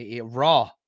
Raw